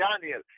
Daniel